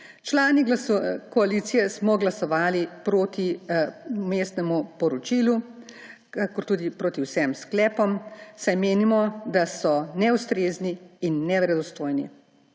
Člani koalicije smo glasovali proti vmesnemu poročilu in tudi proti vsem sklepom, saj menimo, da so neustrezni in neverodostojni.